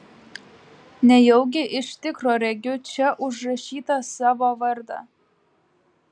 nejaugi iš tikro regiu čia užrašytą savo vardą